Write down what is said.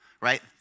right